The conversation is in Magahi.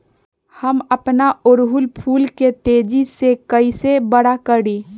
हम अपना ओरहूल फूल के तेजी से कई से बड़ा करी?